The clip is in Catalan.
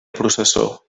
processó